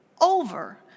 over